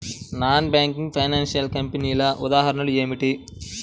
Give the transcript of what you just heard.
Non banking financial కంపెనీల ఉదాహరణలు ఏమిటి?